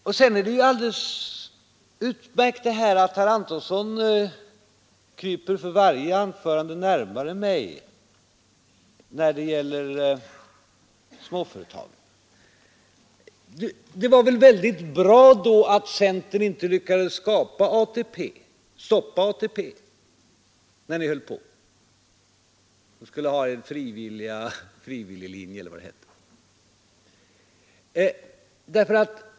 Vidare är det alldeles utmärkt att herr Antonsson för varje anförande kryper närmare mig när det gäller småföretagen. Det var väl då väldigt bra att centern inte lyckades stoppa ATP när ni försökte och i stället ville ha en frivilliglinje — eller vad den kallades.